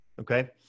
okay